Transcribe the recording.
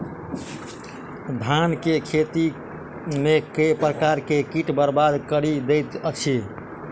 धान केँ खेती मे केँ प्रकार केँ कीट बरबाद कड़ी दैत अछि?